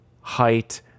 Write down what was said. height